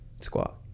squat